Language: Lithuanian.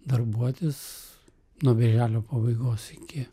darbuotis nuo birželio pabaigos iki